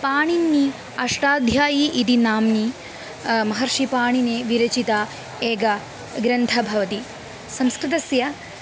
पाणिनेः अष्टाध्यायी इति नाम्नः महर्षिपाणिनेः विरचितः एकः ग्रन्थः भवति संस्कृतस्य